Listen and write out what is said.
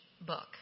book